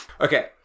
Okay